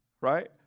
Right